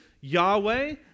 Yahweh